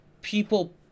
People